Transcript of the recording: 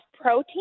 protein